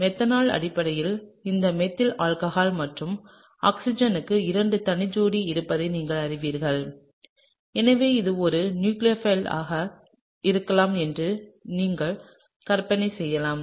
எனவே மெத்தனால் அடிப்படையில் இந்த மெத்தில் ஆல்கஹால் மற்றும் ஆக்ஸிஜனுக்கு இரண்டு தனி ஜோடிகள் இருப்பதை நீங்கள் அறிவீர்கள் எனவே இது ஒரு நியூக்ளியோபில் ஆக இருக்கலாம் என்று நீங்கள் கற்பனை செய்யலாம்